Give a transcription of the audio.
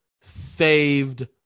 saved